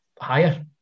Higher